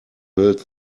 build